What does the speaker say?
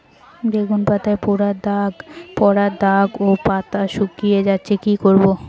বেগুন পাতায় পড়া দাগ ও পাতা শুকিয়ে যাচ্ছে কি করব?